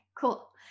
cool